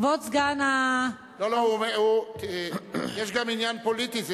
כבוד סגן, לא, יש גם עניין פוליטי.